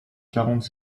quarante